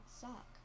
suck